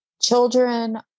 children